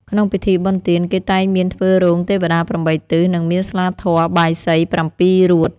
ក្នុងពិធីបុណ្យទាន គេតែមានធ្វើរោងទេវតា ៨ ទិស និងមានស្លាធម៌ បាយសី ៧ រួត។